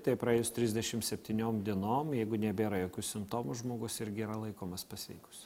taip praėjus trisdešim septyniom dienom jeigu nebėra jokių simptomų žmogus irgi yra laikomas pasveikusiu